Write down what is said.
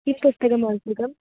किं पुस्तकम् आवश्यकम्